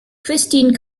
kristine